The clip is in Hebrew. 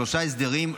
שלושה הסדרים,